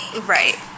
right